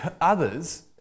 others